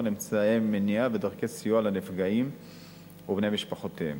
אמצעי מניעה ודרכי סיוע לנפגעים ובני משפחותיהם.